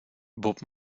bob